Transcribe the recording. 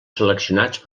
seleccionats